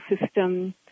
system